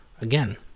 again